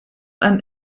ein